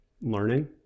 learning